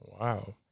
Wow